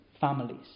families